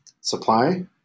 supply